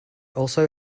also